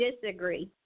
disagree